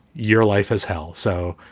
your life is hell. so,